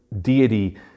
deity